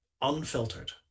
Unfiltered